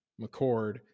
McCord